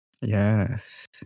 Yes